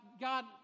God